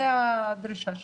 זו הדרישה שלי.